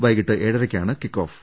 വൈകീട്ട് ഏഴരക്കാണ് കിക്കോ ഫ്